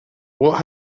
what